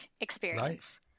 experience